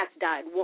died